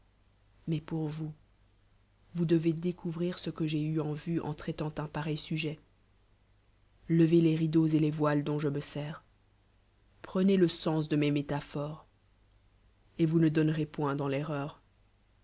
mais pour vous vous devez découvrir ce que j'ai eu en vue en traitant un pareil sujet le'cz les rideaux et les voiles dont je me sers prenez le sens de mes métaphores et vous ne donnerez point dans l'erreur